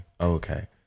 okay